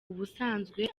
ubusanzwe